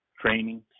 training